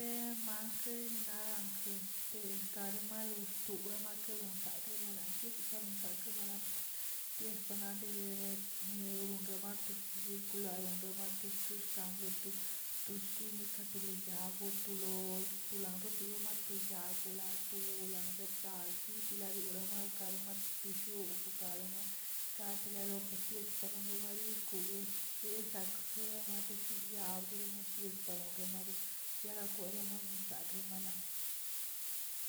Yenman knirinina rankə ester aremaloxto ramaneron xkakꞌ malanties palonsakꞌ malapkə, ties palade ne ronroma syill kolane ronromak orkesan lo tu- tu xkin la tolo yag ko to lo to la rotoya ato yag wlato wlan rebdaləyitila ronrema raromato teshiu okokarema katela por ties xonxemaxirkwo xiksak torecha gyal araweti sparon ronrem yara kore maxon dakre malaa.